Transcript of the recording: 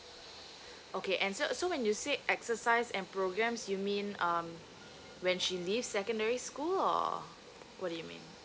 okay and so so when you say exercise and programs you mean um when she leaves secondary school or what do you mean